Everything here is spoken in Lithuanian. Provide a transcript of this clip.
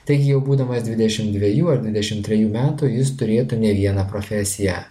taigi jau būdamas dvidešim dvejų ar dvidešim trejų metų jis turėtų ne vieną profesiją